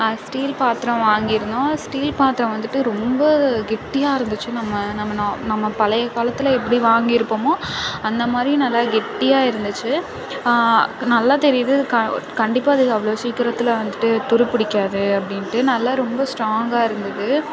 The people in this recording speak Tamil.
ஸ்டீல் பாத்ரம் வாங்கிருந்தோம் ஸ்டீல் பாத்ரம் வந்துட்டு ரொம்ப கெட்டியா இருந்துச்சி நம்ம நம்ம நா நம்ம பழைய காலத்தில் எப்படி வாங்கி இருப்பமோ அந்தமாதிரி நல்லா கெட்டியா இருந்துச்சி நல்லா தெரியுது கண்டிப்பா இது அவ்வளோ சீக்கிரத்தில் வந்துட்டு துரு பிடிக்காது அப்படின்ட்டு நல்லா ரொம்ப ஸ்ட்ராங்காக இருந்தது